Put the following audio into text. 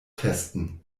testen